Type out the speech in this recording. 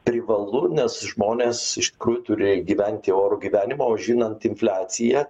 privalu nes žmonės iš tikrųjų turi gyventi orų gyvenimą o žinant infliaciją